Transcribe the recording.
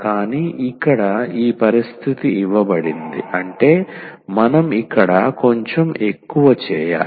కానీ ఇక్కడ ఈ పరిస్థితి ఇవ్వబడింది అంటే మనం ఇక్కడ కొంచెం ఎక్కువ చేయాలి